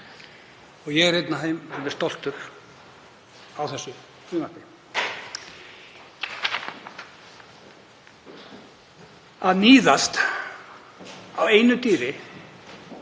Ég er einn af þeim sem er stoltur á þessu frumvarpi. Að níðast á einu dýri